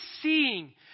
seeing